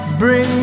bring